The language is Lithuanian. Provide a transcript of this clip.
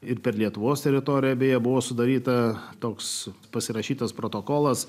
ir per lietuvos teritoriją beje buvo sudaryta toks pasirašytas protokolas